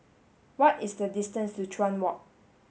what is the distance to Chuan Walk